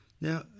Now